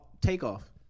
Takeoff